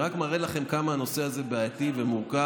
זה רק מראה לכם כמה הנושא הזה בעייתי ומורכב,